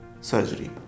surgery